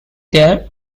there